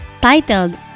titled